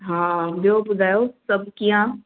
हा ॿियो ॿुधायो सभु कीअं आहे